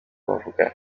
bavuga